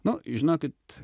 nu žinokit